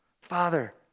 Father